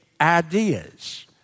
ideas